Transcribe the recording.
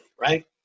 right